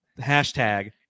hashtag